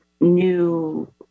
New